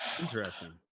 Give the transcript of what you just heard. Interesting